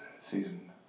season